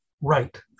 right